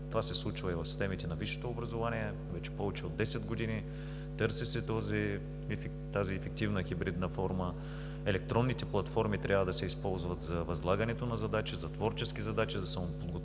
Това се случва и в системите на висшето образование вече повече от 10 години, търси се тази ефективна хибридна форма. Електронните платформи трябва да се използват за възлагането на задачи, за творчески задачи, за самоподготовка,